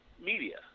media